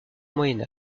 moyen